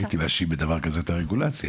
לא הייתי מאשים בדבר כזה את הרגולציה,